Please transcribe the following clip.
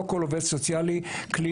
לא כל עובד סוציאלי קליני,